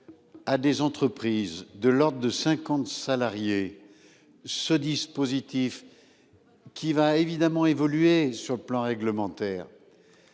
À des entreprises de l'ordre de 50 salariés. Ce dispositif. Qui va évidemment évoluer sur le plan réglementaire.